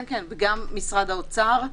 כן, וגם משרד האוצר.